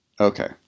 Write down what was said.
Okay